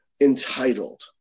entitled